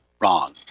wrong